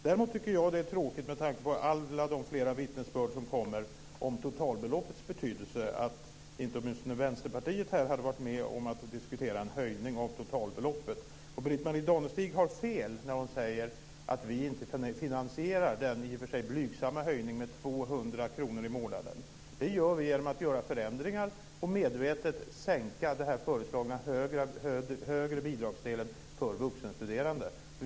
Däremot tycker jag att det är tråkigt, med tanke på alla de vittnesbörd om totalbeloppets betydelse som kommer, att inte åtminstone Vänsterpartiet har varit med om att diskutera en höjning av totalbeloppet. Britt-Marie Danestig har fel när hon säger att vi inte finansierar den i och för sig blygsamma höjningen med 200 kr i månaden. Det gör vi genom att göra förändringar och medvetet sänka den föreslagna högre bidragsdelen för vuxenstuderande.